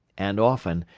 and often,